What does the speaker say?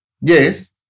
Yes